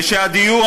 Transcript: וכשהדיור,